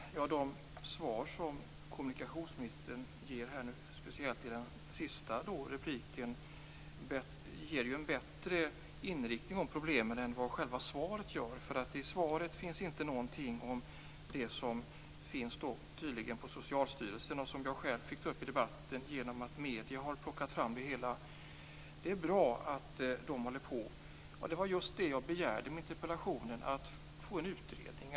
Fru talman! De svar som kommunikationsministern ger, speciellt i det senaste inlägget, ger en bättre inriktning av problemen än vad själva svaret gör. Där finns nämligen ingenting om det som tydligen finns hos Socialstyrelsen, och som jag själv fick ta upp i debatten i och med att medierna har plockat fram det hela. Det är bra att Socialstyrelsen håller på! Det var just det som jag begärde med interpellationen - att få en utredning.